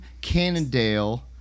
cannondale